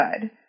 good